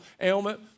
ailment